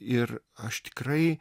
ir aš tikrai